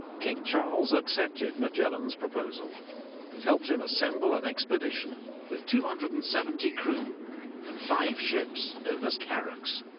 king charles accepted magellan's proposal and helped him assemble an expedition with two hundred and seventy crew and five ships known as carracks.